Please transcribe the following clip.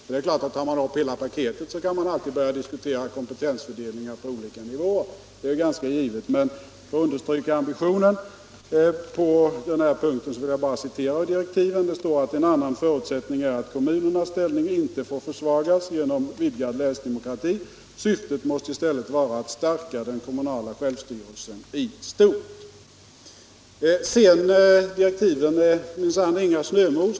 Det är givet att om man tar upp hela paketet, så kan man alltid börja diskutera kompetensfördelningen på olika nivåer. Ambitionerna i dag framgår av direktiven: ”En annan förutsättning är att kommunernas ställning inte får försvagas genom en vidgad länsdemokrati. Syftet måste i stället vara att stärka den kommunala självstyrelsen i stort.” Direktiven är minsann inte heller i övrigt något snömos.